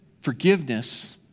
forgiveness